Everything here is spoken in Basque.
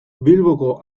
bilboko